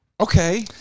Okay